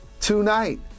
Tonight